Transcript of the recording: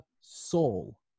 Soul